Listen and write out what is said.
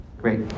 Great